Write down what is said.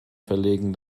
verlegen